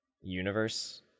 universe